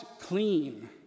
clean